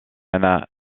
nana